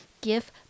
give